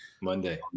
Monday